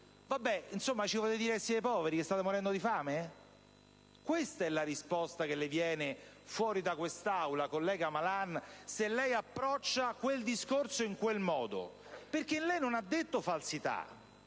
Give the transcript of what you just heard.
va bene, insomma ci volete dire che siete poveri, che state morendo di fame! Questa è la risposta che viene fuori da quest'Aula, collega Malan, se lei approccia il discorso in quel modo. Infatti, lei non ha detto falsità;